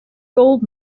gold